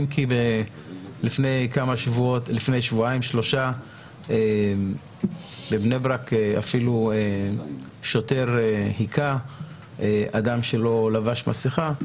אם כי לפני שבועיים-שלושה בבני ברק שוטר אפילו היכה אדם שלא חבש מסכה.